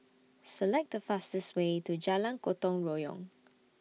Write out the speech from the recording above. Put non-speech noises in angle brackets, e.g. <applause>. Select The fastest Way to Jalan Gotong Royong <noise>